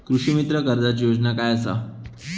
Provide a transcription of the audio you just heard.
कृषीमित्र कर्जाची योजना काय असा?